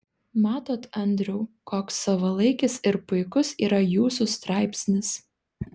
matot andriau koks savalaikis ir puikus yra jūsų straipsnis